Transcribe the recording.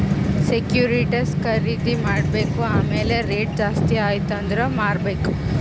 securities ಖರ್ದಿ ಮಾಡ್ಬೇಕ್ ಆಮ್ಯಾಲ್ ರೇಟ್ ಜಾಸ್ತಿ ಆಯ್ತ ಅಂದುರ್ ಮಾರ್ಬೆಕ್